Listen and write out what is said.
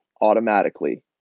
automatically